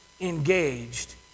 engaged